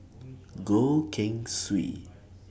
Goh Keng Swee